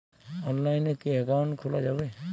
অনলাইনে কি অ্যাকাউন্ট খোলা যাবে?